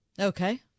Okay